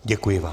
Děkuji vám.